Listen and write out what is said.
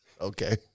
Okay